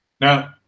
now